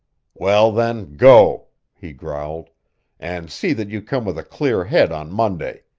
well, then, go, he growled and see that you come with a clear head on monday.